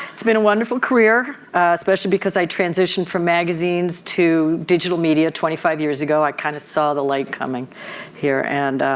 it's been a wonderful career especially because i transitioned from magazines to digital media twenty five years ago. i kind of saw the light coming here and.